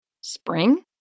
Spring